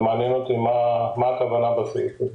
מעניין אותי הכוונה בסעיף הזה.